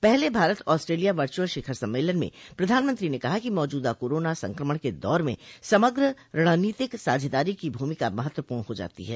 पहले भारत ऑस्ट्रेलिया वचुअल शिखर सम्मेलन में प्रधानमंत्री ने कहा कि मौजूदा कोरोना संक्रमण के दौर में समग्र रणनीतिक साझेदारी की भूमिका महत्वपूर्ण हो जाती है